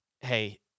Hey